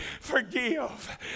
Forgive